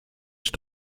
ich